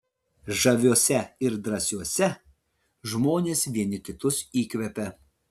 žaviuose ir drąsiuose žmonės vieni kitus įkvepia